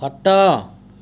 ଖଟ